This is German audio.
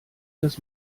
das